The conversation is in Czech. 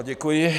Děkuji.